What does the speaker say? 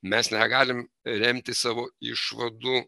mes negalim remti savo išvadų